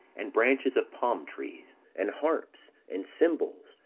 and branches of palm trees, and harps, and cymbals,